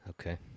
Okay